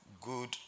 good